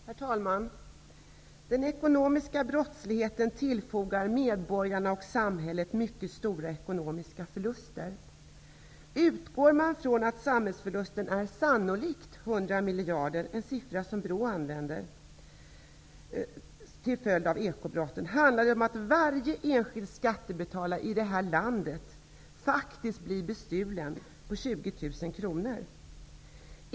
Herr talman! Den ekonomiska brottsligheten tillfogar medborgarna och samhället mycket stora ekonomiska förluster. Om man utgår från att samhällsförlusten sannolikt uppgår till 100 miljarder kronor till följd av ekobrotten -- det är den siffra som BRÅ använder -- handlar det om att varje enskild skattebetalare i det här landet faktiskt blir bestulen på 20 000 kr.